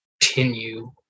continue